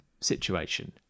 situation